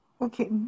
Okay